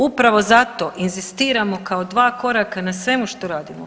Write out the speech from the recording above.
Upravo zato inzistiramo kao dva koraka na svemu što radimo.